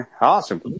Awesome